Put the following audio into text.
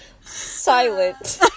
Silent